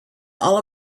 all